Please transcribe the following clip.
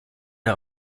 der